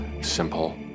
simple